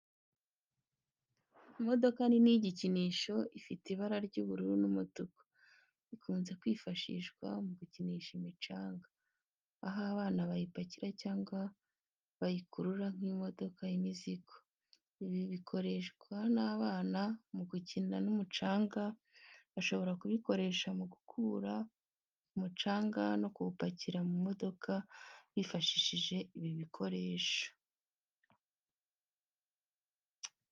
Imodoka nini y’igikinisho ifite ibara ry’ubururu n’umutuku, ikunze kwifashishwa mu gukinisha imicanga, aho abana bayipakira cyangwa bayikururana nk’imodoka y’imizigo. Ibi bikoreshwa n’abana mu gukina n’umucanga, bashobora kubikoresha mu gukura umucanga, no kuwupakira mu modoka bifashishije ibi bikoresho.